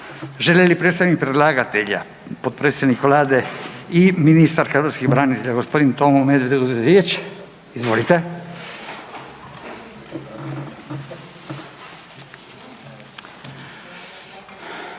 Želi li predstavnik predlagatelja, potpredsjednik Vlade i ministar hrvatskih branitelja, g. Tomo Medved uzeti riječ? Izvolite.